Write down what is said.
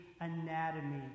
anatomy